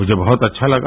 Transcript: मुझे बहुत अच्छा लगा